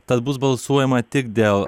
tad bus balsuojama tik dėl